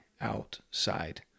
outside